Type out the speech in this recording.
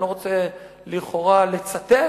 אני לא רוצה לכאורה לצטט,